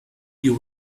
you